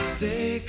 Stay